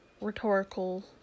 Rhetorical